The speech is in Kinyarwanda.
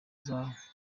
zawe